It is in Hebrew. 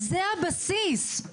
זה הבסיס.